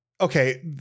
Okay